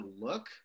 look